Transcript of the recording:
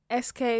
SK